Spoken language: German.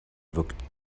wirkt